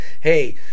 Hey